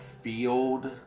field